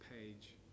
page